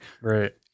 Right